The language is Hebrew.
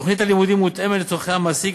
תוכנית הלימודים מותאמת לצורכי המעסיק,